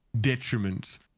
detriment